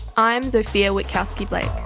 i'm zofia witkowski-blake.